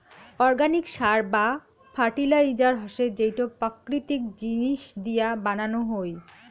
organic সার বা fertiliser হসে যেইটো প্রাকৃতিক জিনিস দিয়া বানানো হই